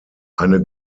eine